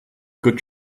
good